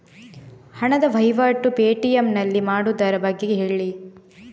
ಹಣದ ವಹಿವಾಟು ಪೇ.ಟಿ.ಎಂ ನಲ್ಲಿ ಮಾಡುವುದರ ಬಗ್ಗೆ ಹೇಳಿ